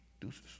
Deuces